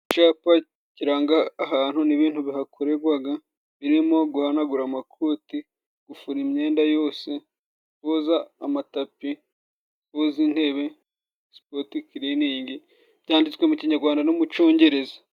Icapa kiranga ahantu n'ibintu bihakoregwaga, birimo guhanagura amakoti, gufura imyenda yose, koza amatapi, koza intebe, sipotikiriningi, byanditswe mu kinyagwanda no mu congereza.